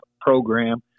program